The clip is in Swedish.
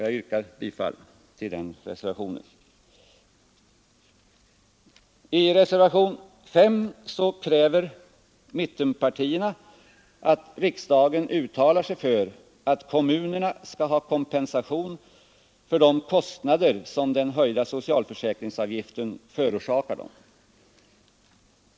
Jag yrkar bifall till reservationen 4. I reservationen 5 kräver mittenpartierna att riksdagen uttalar sig för att kommunerna skall ha kompensation för de kostnader som den höjda socialförsäkringsavgiften förorsakar dem.